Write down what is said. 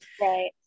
right